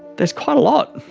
there's quite a lot.